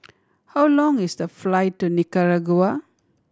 how long is the flight to Nicaragua